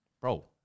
bro